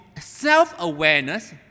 self-awareness